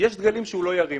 יש דגלים שהוא לא ירים,